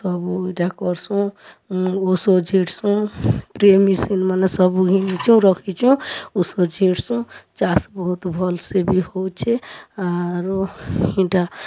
ସବୁ ଇ'ଟା କର୍ସୁଁ ଉଷୋ ଝିଟ୍ସୁଁ ଟ୍ରେ ମେସିନ୍ ମାନେ ସବୁ ଘିନିଛୁଁ ରଖିଛୁଁ ଉଷୋ ଝିଟ୍ସୁଁ ଚାଷ୍ ବହୁତ୍ ଭଲ୍ ସେ ବି ହେଉଛେ ଆରୁ ଇ'ଟା